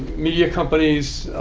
media companies,